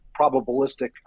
probabilistic